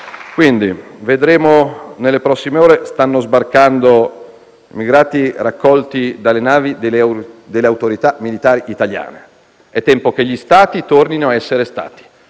Vedremo nelle prossime ore. Stanno sbarcando migranti raccolti dalle navi delle autorità militari italiane. È tempo che gli Stati tornino a essere Stati.